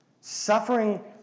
Suffering